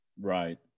Right